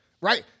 Right